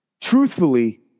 truthfully